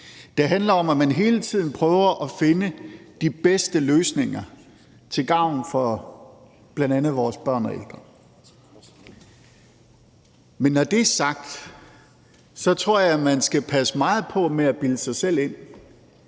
det handler om, at man hele tiden prøver at finde de bedste løsninger til gavn for bl.a. vores børn og ældre. Men når det er sagt, tror jeg, man skal passe meget på med at bilde sig selv ind,